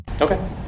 Okay